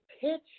pitch